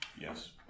Yes